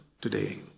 today